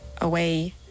away